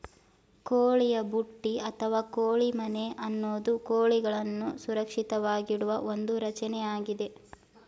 ಕೋಳಿಯ ಬುಟ್ಟಿ ಅಥವಾ ಕೋಳಿ ಮನೆ ಅನ್ನೋದು ಕೋಳಿಗಳನ್ನು ಸುರಕ್ಷಿತವಾಗಿಡುವ ಒಂದು ರಚನೆಯಾಗಿದೆ